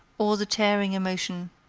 all the tearing emotion